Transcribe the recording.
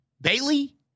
Bailey